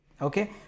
Okay